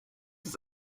des